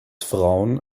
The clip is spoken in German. frauen